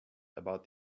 about